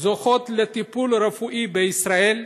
זוכות לטיפול רפואי בישראל,